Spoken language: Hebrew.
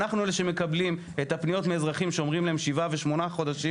אנחנו אלה שמקבלים את הפניות מאזרחים שאומרים להם שבעה ושמונה חודשים.